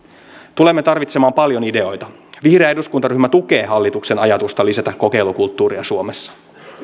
tulemme tarvitsemaan paljon ideoita vihreä eduskuntaryhmä tukee hallituksen ajatusta lisätä kokeilukulttuuria suomessa